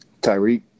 Tyreek